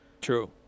True